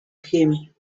him